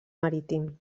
marítim